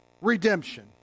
redemption